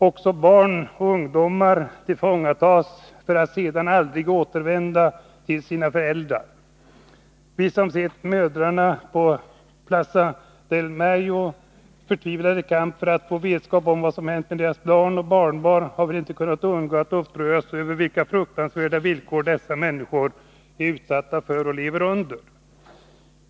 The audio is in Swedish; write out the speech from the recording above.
Också barn och ungdomar tillfångatas för att sedan aldrig återvända till sina föräldrar. Vi som sett den förtvivlade kamp ”mödrarna” på Plaza del Mayo driver för att få vetskap om vad som hänt deras barn och barnbarn har väl inte kunnat undgå att uppröras över vilka fruktansvärda villkor dessa människor lever under.